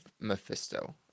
Mephisto